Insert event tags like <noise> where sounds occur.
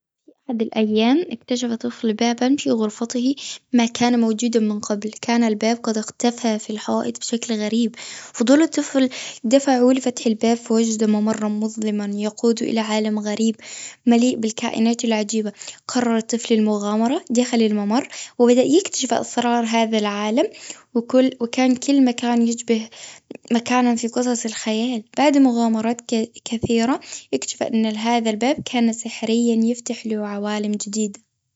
في أحد الأيام، اكتشف طفل باباً في غرفته، ما كان موجوداً من قبل. كان الباب قد اختفى في الحائط بشكل غريب. فضول الطفل، دفعه لفتح الباب. فوجد ممراً مظلماً، يقود إلى عالم غريب، مليء بالكائنات العجيبة. قرر الطفل المغامرة داخل الممر، وبدأ يكتشف أسرار هذا العالم. وكل- وكان كل مكان يشبه <hesitation> مكاناً في قصص الخيال. بعد مغامرات <hesitation> كثيرة يكتشف أن ال- هذا الباب <noise> كان سحرياً، يفتح له عوالم جديدة.